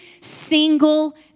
single